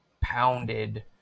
pounded